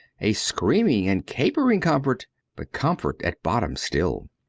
a screaming and capering comfort but comfort at bottom still.